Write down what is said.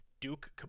Duke